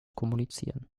kommunizieren